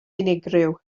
unigryw